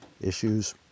issues